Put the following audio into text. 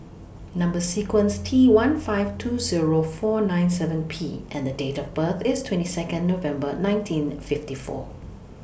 Number sequence T one five two Zero four nine seven P and Date of birth IS twenty Second November nineteen fifty four